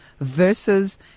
versus